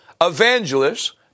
evangelists